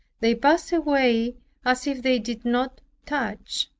they pass away as if they did not touch.